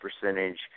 percentage